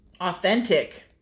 authentic